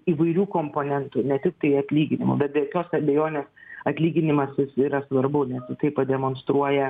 įvairių komponentų ne tiktai atlyginimo bet jokios abejonės atlyginimas jis yra svarbu nes nu tai pademonstruoja